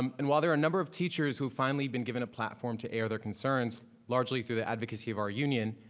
um and while there are a number of teachers who've finally been given a platform to air their concerns largely through the advocacy of our union,